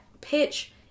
pitch